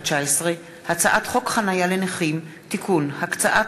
נכי רדיפות הנאצים (תיקון, הגדרת זכאות),